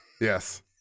yes